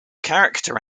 character